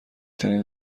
ترین